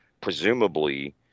presumably